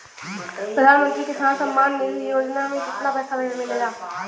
प्रधान मंत्री किसान सम्मान निधि योजना में कितना पैसा मिलेला?